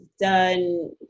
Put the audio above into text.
done